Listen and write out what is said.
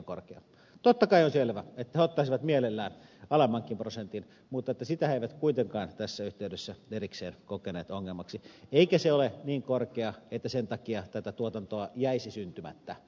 totta kai on selvä että he ottaisivat mielellään alemmankin prosentin mutta sitä he eivät kuitenkaan tässä yhteydessä erikseen kokeneet ongelmaksi eikä se ole niin korkea että sen takia tätä tuotantoa jäisi syntymättä